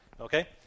Okay